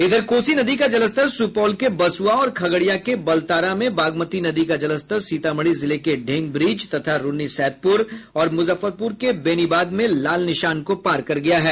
इधर कोसी नदी का जलस्तर सुपौल के बसुआ और खगड़िया के बलतारा में बागमती नदी का जलस्तर सीतामढ़ी जिले के ढेंग ब्रिज तथा रून्नीसैदपुर और मुजफ्फरपुर के बेनीबाद में लाल निशान को पार कर गया है